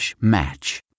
match